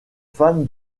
femme